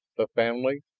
the family,